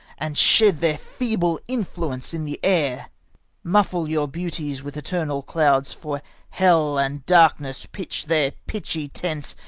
and shed their feeble influence in the air muffle your beauties with eternal clouds for hell and darkness pitch their pitchy tents,